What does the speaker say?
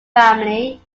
family